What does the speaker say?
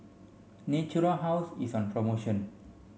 Natura House is on promotion